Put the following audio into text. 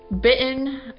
bitten